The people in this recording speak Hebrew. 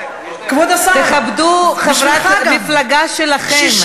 תכבדו את חברת המפלגה שלכם.